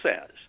says